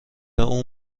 اون